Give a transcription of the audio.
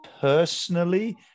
personally